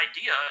idea